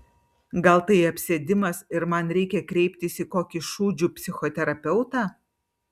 gal tai apsėdimas ir man reikia kreiptis į kokį šūdžių psichoterapeutą